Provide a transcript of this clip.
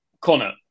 Connor